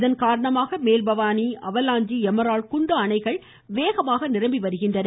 இதனால் மேல் Bhavani Avalanche Emerald Kundah அணைகள் வேகமாக நிரம்பி வருகின்றன